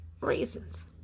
Raisins